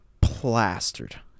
plastered